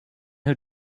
who